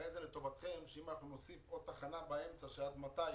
הרי זה לטובתכם אם אנחנו נוסיף עוד תחנה באמצע שתקבע עד מתי